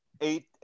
eight